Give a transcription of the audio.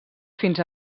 fins